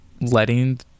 letting